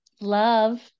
love